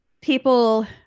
people